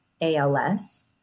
ALS